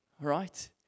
Right